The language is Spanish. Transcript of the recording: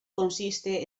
consiste